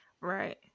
right